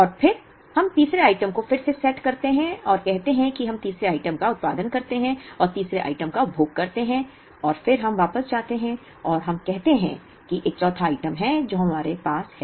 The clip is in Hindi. और फिर हम तीसरे आइटम को फिर से सेट करते हैं और कहते हैं कि हम तीसरे आइटम का उत्पादन करते हैं और तीसरे आइटम का उपभोग करते हैं और फिर हम वापस जाते हैं और हमें कहते हैं कि एक चौथा आइटम है जो हमारे पास है